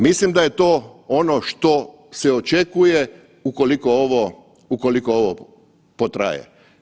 Mislim da je to ono što se očekuje ukoliko ovo potraje.